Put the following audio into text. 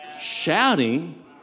shouting